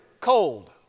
cold